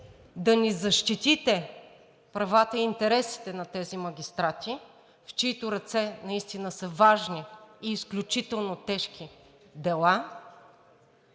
да им защитите правата и интересите на тези магистрати, в чиито ръце наистина са важни и изключително тежки дела,